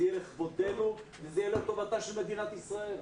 זה יהיה לכבודנו וזה יהיה לטובתה של מדינת ישראל.